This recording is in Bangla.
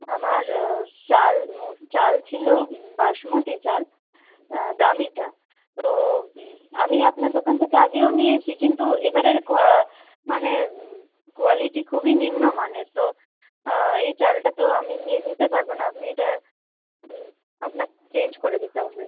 আমার চাল মু চাল ছিলো বাসমতী চাল দামিটা তো আমি আপনার দোকান থেকে আগেও নিয়েছি কিন্তু এবারের কোয়া মানে কোয়ালিটি খুবই নিম্নমানের তো এই চালটা তো আমি নিতে পারবো না আপনি এটা আপনার চেঞ্জ করে দিতে হবে